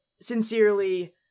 sincerely